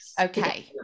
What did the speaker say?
okay